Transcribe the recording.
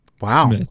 Wow